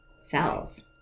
cells